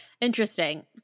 Interesting